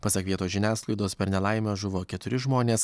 pasak vietos žiniasklaidos per nelaimę žuvo keturi žmonės